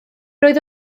oedd